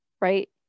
right